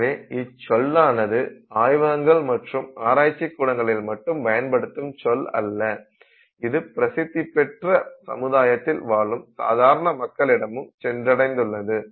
எனவே இச்சொல்லானது ஆய்வகங்கள் மற்றும் ஆராய்ச்சிக் கூடங்களில் மட்டும் பயன்படுத்தும் சொல் அல்ல இது பிரசித்தி பெற்ற சமுதாயத்தில் வாழும் சாதாரண மக்களிடமும் சென்றடைந்துள்ளது